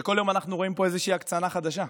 שכל יום אנחנו רואים פה איזושהי הקצנה חדשה,